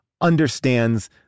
understands